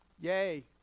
Yay